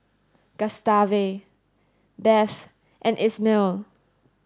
Gustave Beth and Ismael